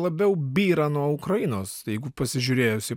labiau byra nuo ukrainos jeigu pasižiūrėjus į